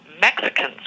Mexicans